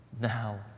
now